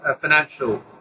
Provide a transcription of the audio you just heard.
financial